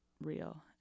real